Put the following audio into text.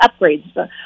upgrades